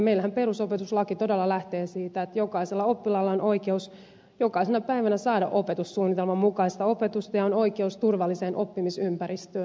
meillähän perusopetuslaki todella lähtee siitä että jokaisella oppilaalla on oikeus jokaisena päivänä saada opetussuunnitelman mukaista opetusta ja oikeus turvalliseen oppimisympäristöön